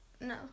No